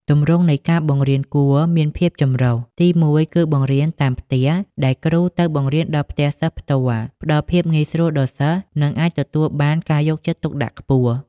ទម្រង់នៃការបង្រៀនគួរមានភាពចម្រុះ ទីមួយ គឺបង្រៀនតាមផ្ទះ ដែលគ្រូទៅបង្រៀនដល់ផ្ទះសិស្សផ្ទាល់ ផ្តល់ភាពងាយស្រួលដល់សិស្ស និងអាចទទួលបានការយកចិត្តទុកដាក់ខ្ពស់។